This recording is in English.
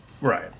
Right